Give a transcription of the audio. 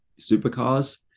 supercars